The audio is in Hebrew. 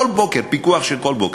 כל בוקר, פיקוח של כל בוקר.